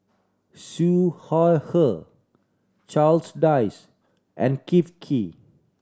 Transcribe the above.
Siew Shaw Her Charles Dyce and Kee